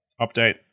update